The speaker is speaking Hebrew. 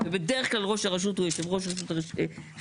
ובדרך כלל ראש הרשות הוא יושב ראש רשות רישוי עסקים.